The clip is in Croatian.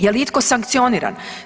Je li itko sankcioniran?